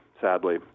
sadly